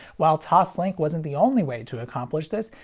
while toslink wasn't the only way to accomplish this,